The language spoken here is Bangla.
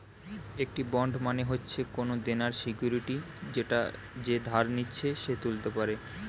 একটি বন্ড মানে হচ্ছে কোনো দেনার সিকিউরিটি যেটা যে ধার নিচ্ছে সে তুলতে পারে